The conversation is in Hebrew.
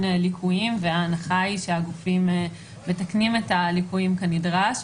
ליקויים וההנחה היא שהגופים מתקנים את הליקויים כנדרש,